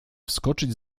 wskoczyć